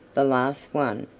the last one.